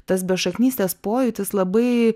tas bešaknystės pojūtis labai